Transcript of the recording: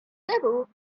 devil